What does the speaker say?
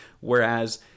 Whereas